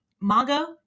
Mago